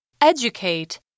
Educate